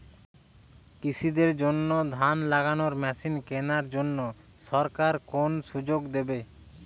কৃষি দের জন্য ধান লাগানোর মেশিন কেনার জন্য সরকার কোন সুযোগ দেবে?